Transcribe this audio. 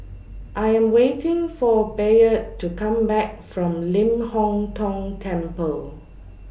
I Am waiting For Bayard to Come Back from Ling Hong Tong Temple